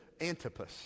Antipas